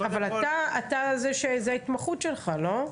אבל אתה זה ההתמחות שלך לא?